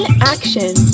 action